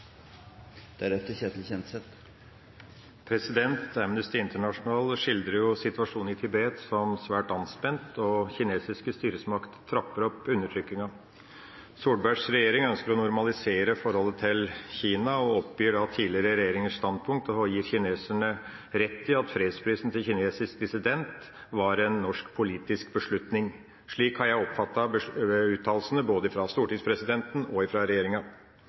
situasjonen i Tibet som svært anspent, og kinesiske styresmakter trapper opp undertrykkinga. Solbergs regjering ønsker å normalisere forholdet til Kina og oppgir tidligere regjeringers standpunkt og gir kineserne rett i at fredsprisen til en kinesisk dissident var en norsk politisk beslutning. Slik har jeg oppfattet uttalelsene både fra stortingspresidenten og fra regjeringa.